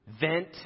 vent